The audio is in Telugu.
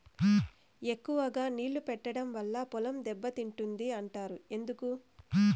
ఎక్కువగా నీళ్లు పెట్టడం వల్ల పొలం దెబ్బతింటుంది అంటారు ఎందుకు?